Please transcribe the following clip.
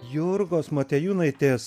jurgos motiejūnaitės